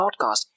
podcast